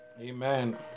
Amen